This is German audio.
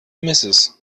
mrs